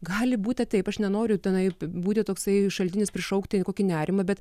gali būti taip aš nenoriu tenai būti toksai šaltinis prišaukti kokį nerimą bet